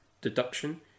deduction